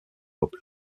nobles